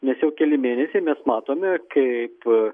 nes jau keli mėnesiai mes matome kaip a